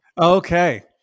Okay